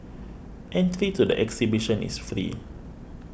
entry to the exhibition is free